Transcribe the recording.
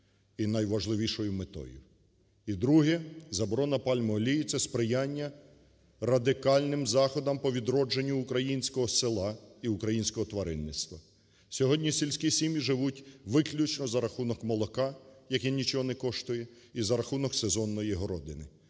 І друге. Заборона пальмової олії – це сприяння радикальним заходам по відродженню українського села і українського тваринництва. Сьогодні сільські сім'ї живуть виключно за рахунок молока, яке нічого не коштує, і за рахунок сезонної городини.